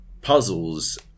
puzzles